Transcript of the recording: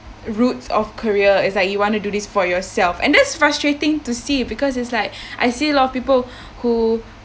roots of career is like you want to do this for yourself and that's frustrating to see because it's like I see a lot of people who